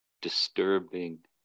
disturbing